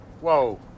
whoa